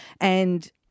And-